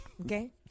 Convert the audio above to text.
okay